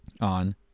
on